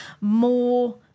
more